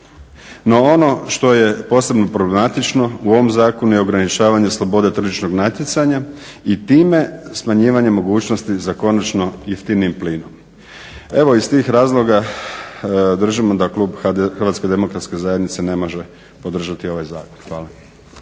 No ono što je posebno problematično u ovom zakonu je ograničavanje slobode tržišnog natjecanja i time smanjivanje mogućnosti za konačno jeftinijim plinom. Evo iz tih razloga držimo da klub HDZ-a ne može podržati ovaj zakon. Hvala.